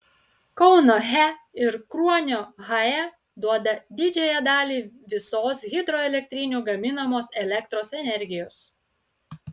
kauno he ir kruonio hae duoda didžiąją dalį visos hidroelektrinių gaminamos elektros energijos